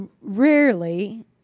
rarely